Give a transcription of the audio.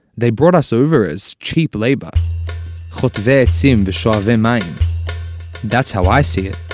they brought us over as cheap labor hotvei eitzim ve'shoavey mayim that's how i see it.